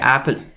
Apple